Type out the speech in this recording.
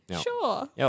Sure